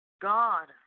God